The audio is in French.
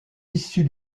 issu